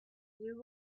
you